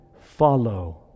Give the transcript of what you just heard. follow